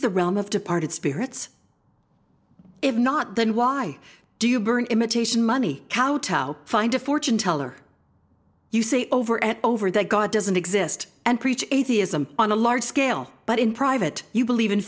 the realm of departed spirits if not then why do you burn imitation money kowtow find a fortune teller you say over and over that god doesn't exist and preach atheism on a large scale but in private you believe in